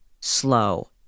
slow